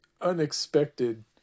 unexpected